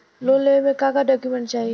Loan लेवे मे का डॉक्यूमेंट चाही?